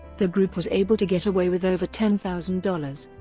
the group was able to get away with over ten thousand dollars.